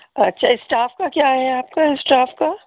اچھا اسٹاف کا کیا ہے آپ کا اسٹاف کا